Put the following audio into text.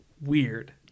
weird